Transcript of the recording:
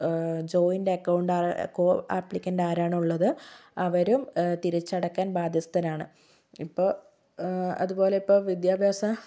joint account applicant ആരാണോ ഉള്ളത് അവരും തിരിച്ചടക്കാൻ ബാധ്യസ്ഥരാണ് ഇപ്പോൾ അതുപോലെ ഇപ്പോൾ വിദ്യാഭ്യാസ